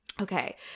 Okay